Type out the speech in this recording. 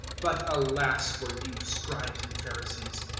but alas for you, scribes and pharisees,